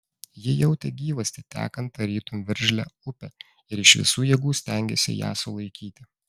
ji jautė gyvastį tekant tarytum veržlią upę ir iš visų jėgų stengėsi ją sulaikyti